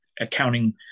accounting